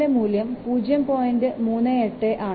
38 ആണ്